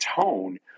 tone